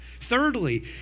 Thirdly